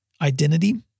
identity